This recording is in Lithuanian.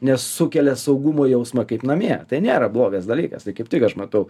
nes sukelia saugumo jausmą kaip namie tai nėra blogas dalykas tai kaip tik aš matau